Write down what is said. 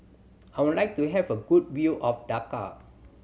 I would like to have a good view of Dhaka